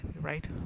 right